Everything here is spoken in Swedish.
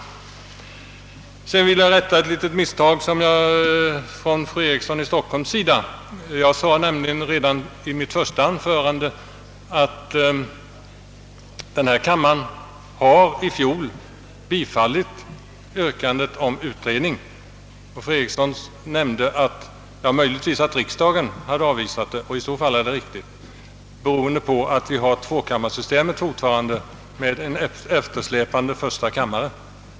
Därefter vill jag rätta ett misstag som fru Eriksson i Stockholm gjorde. Jag sade nämligen redan i mitt första anförande, att denna kammare i fjol har bifallit yrkandet om utredning. Om fru Eriksson möjligtvis sade att riksdagen har avvisat yrkandet, är det riktigt — beroende på att vi fortfarande har tvåkammarsystem med en eftersläpande första kammare.